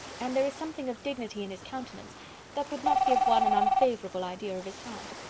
and there is something of dignity in his countenance that would not give one an unfavourable idea of his heart.